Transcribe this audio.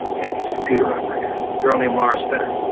and his computer operator, girl named laura spinner.